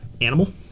animal